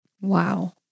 Wow